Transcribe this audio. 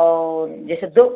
और जैसे दो